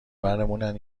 برمونن